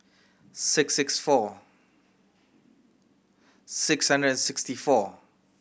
six six four